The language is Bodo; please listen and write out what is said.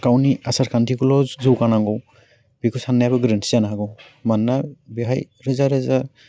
गावनि आसारखान्थिखौल' जौगानांगौ बेखौ सान्नायाबो गोरोन्थि जानो हागौ मानोना बेहाय रोजा रोजा